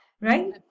right